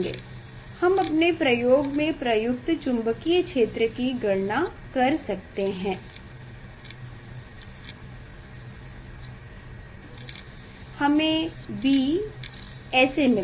हम अपने प्रयोग में प्रयुक्त चुम्बकीय क्षेत्र की गणना कर सकते हैं हमें B एसे मिलेगा